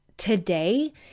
today